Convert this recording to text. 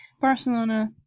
Barcelona